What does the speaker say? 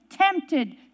tempted